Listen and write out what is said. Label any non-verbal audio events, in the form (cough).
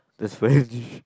that's French (laughs)